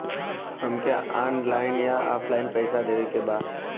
हमके ऑनलाइन या ऑफलाइन पैसा देवे के बा?